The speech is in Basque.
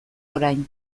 orain